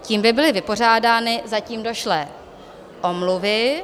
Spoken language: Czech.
Tím by byly vypořádány zatím došlé omluvy.